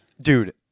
dude